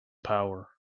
power